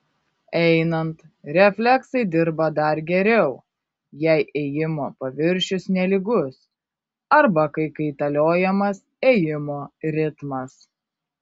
einant refleksai dirba dar geriau jei ėjimo paviršius nelygus arba kai kaitaliojamas ėjimo ritmas